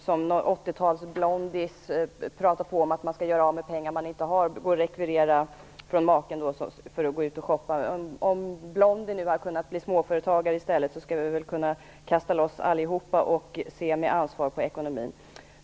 Som någon 80-talsblondie pratar man ju på om att man skall göra av med pengar som man inte har och rekvirera från maken för att gå ut och shoppa. Men om nu Blondie i stället har kunnat bli småföretagare skall vi väl alla kunna kasta loss och med ansvar se på ekonomin.